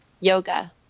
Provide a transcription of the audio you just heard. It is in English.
yoga